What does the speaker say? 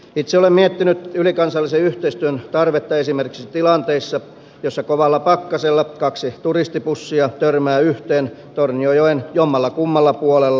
itse olen miettinyt ylikansallisen yhteistyön tarvetta esimerkiksi tilanteissa joissa kovalla pakkasella kaksi turistibussia törmää yhteen tornionjoen jommallakummalla puolella